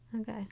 Okay